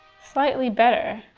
slightly better,